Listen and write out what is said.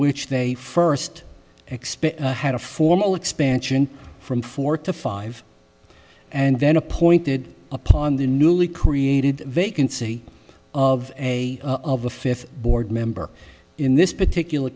which they first expect had a formal expansion from four to five and then appointed upon the newly created vacancy of a of a fifth board member in this particular